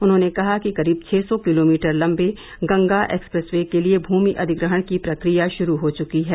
उन्होंने कहा कि करीब छः सौ किलोमीटर लर्बे गंगा एक्सप्रेस वे के लिये भूमि अधिग्रहण की प्रक्रिया शुरू हो चुकी है